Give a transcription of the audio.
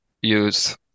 use